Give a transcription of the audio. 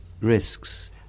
risks